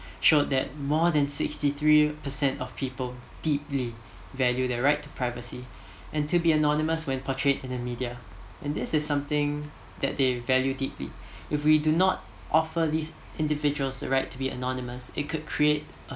show that more than sixty three percent of people deeply value their right to privacy and to be anonymous when portrayed in the media and this is something that they value deeply if we do not offer this individual's right to be anonymous it could create a